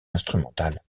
instrumentale